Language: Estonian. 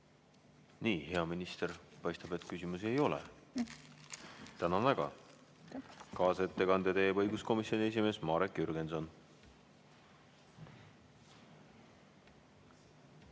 Nii, hea minister, paistab, et küsimusi ei ole. Tänan väga! Kaasettekande teeb õiguskomisjoni esimees Marek Jürgenson.